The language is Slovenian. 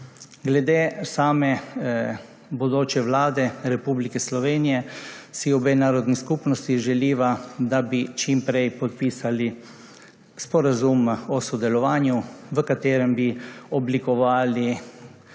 Glede same bodoče Vlade Republike Slovenije si obe narodni skupnosti želiva, da bi čim prej podpisali sporazum o sodelovanju, v katerem bi oblikovali